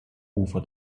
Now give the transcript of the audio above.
ufer